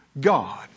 God